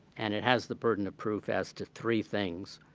and it has the burden of proof as to three things.